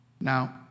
Now